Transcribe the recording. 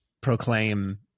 proclaim